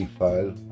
file